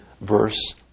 verse